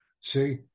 See